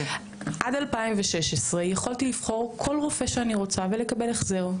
עד 2016 יכולתי לבחור כל רופא שאני רוצה ולקבל החזר.